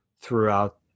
throughout